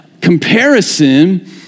comparison